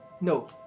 no